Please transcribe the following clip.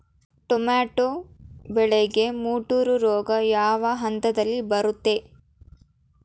Tomato ಬೆಳೆಗೆ ಮುಟೂರು ರೋಗ ಯಾವ ಹಂತದಲ್ಲಿ ಬರುತ್ತೆ?